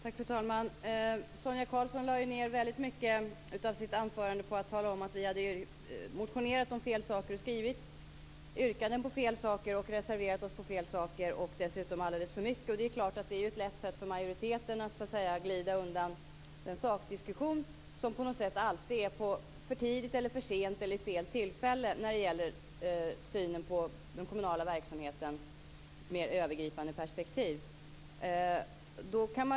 Fru talman! Sonia Karlsson ägnade väldigt mycket av sitt anförande åt att tala om att vi hade motionerat om fel saker, yrkat på fel saker och reserverat oss mot fel saker och dessutom alldeles för mycket. Det är klart att det är ett enkelt sätt för majoriteten att glida undan en sakdiskussion som på något sätt alltid är för tidig, för sen eller vid fel tillfälle när det gäller synen på den kommunala verksamhetens mer övergripande perspektiv.